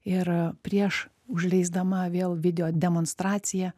ir prieš užleisdama vėl video demonstraciją